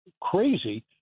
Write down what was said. crazy